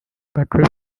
battery